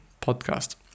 podcast